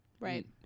Right